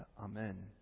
Amen